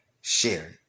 share